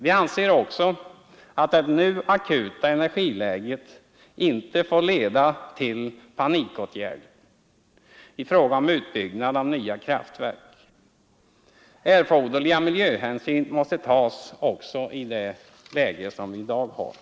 Vi anser också att det nu akuta energiläget inte får leda till panikåtgärder i fråga om utbyggnad av nya kraftverk. Erforderliga miljöhänsyn måste tas även i det läge som i dag råder.